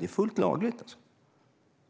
Det är full lagligt